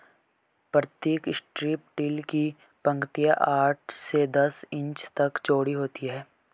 प्रतीक strip till की पंक्ति आठ से दस इंच तक चौड़ी होती है